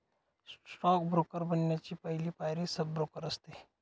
stock broker बनण्याची पहली पायरी सब ब्रोकर असते